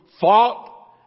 fought